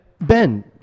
Ben